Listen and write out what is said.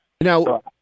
Now